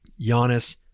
Giannis